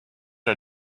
are